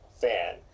fan